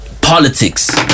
Politics